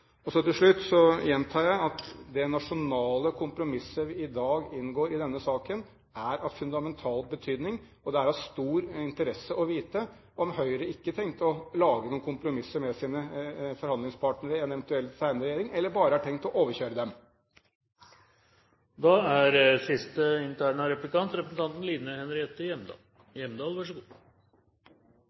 Til slutt gjentar jeg at det nasjonale kompromisset vi i dag inngår i denne saken, er av fundamental betydning, og det er av stor interesse å vite om Høyre ikke har tenkt å lage noen kompromisser med sine forhandlingspartnere i en eventuell senere regjering, eller bare har tenkt å overkjøre dem. Jeg har lyst til å starte replikken min med å takke statsråden, for det er ikke så